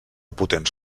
potents